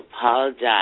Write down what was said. apologize